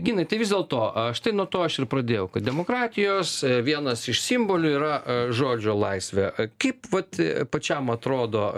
ginai tai vis dėlto a štai nuo to aš ir pradėjau kad demokratijos vienas iš simbolių yra žodžio laisvė kaip vat pačiam atrodo